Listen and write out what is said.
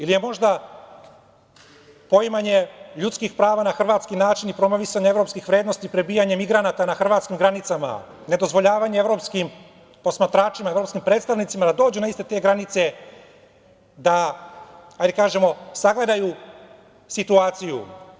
Ili je možda poimanje ljudskih prava na hrvatski način i promovisanje evropskih vrednosti prebijanje migranata na hrvatskim granicama, nedozvoljavanje evropskim posmatračima, evropskim predstavnicima da dođu na iste te granice da sagledaju situaciju?